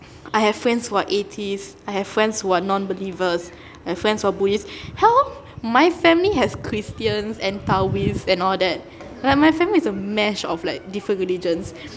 I have friends who are atheist I have friends who are non-believers I have friends who are buddhist my family has christians and taoist and all that like my family is a mash of like different religions